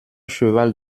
cheval